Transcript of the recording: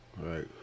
Right